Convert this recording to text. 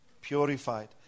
purified